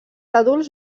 adults